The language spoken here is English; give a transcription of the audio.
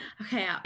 Okay